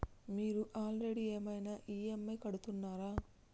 మీరు ఆల్రెడీ ఏమైనా ఈ.ఎమ్.ఐ కడుతున్నారా?